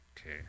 Okay